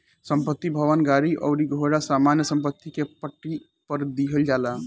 संपत्ति, भवन, गाड़ी अउरी घोड़ा सामान्य सम्पत्ति के पट्टा पर दीहल जाला